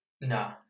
No